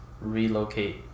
relocate